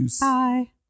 Bye